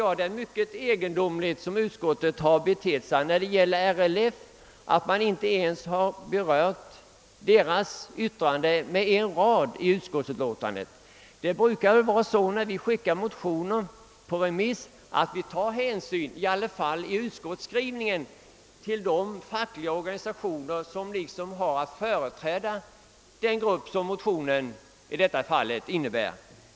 Jag tycker att utskottet betett sig mycket egendomligt när det gäller RLF:s yttrande, eftersom man inte i utlåtandet har berört detta med en enda rad. När vi skickar motioner på remiss brukar vi ju ta hänsyn, åtminstone i utskottsskrivningen, till de fackliga organisationer som har att företräda den grupp en motion avser.